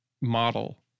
model